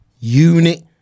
unit